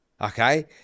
Okay